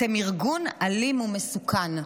אתם ארגון אלים ומסוכן.